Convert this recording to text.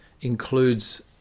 includes